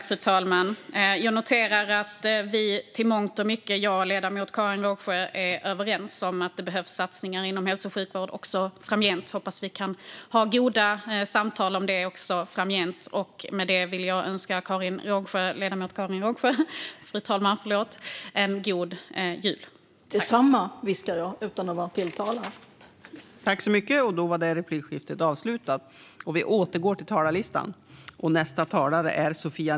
Fru talman! Jag noterar att jag och ledamoten Karin Rågsjö i mångt och mycket är överens om att det även fortsättningsvis behövs satsningar inom hälso och sjukvården. Jag hoppas att vi kan ha goda samtal om det framgent. Med det vill jag önska ledamoten Karin Rågsjö en god jul. : Detsamma.)